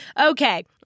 Okay